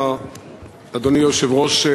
אדוני היושב-ראש,